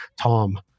Tom